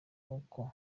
uko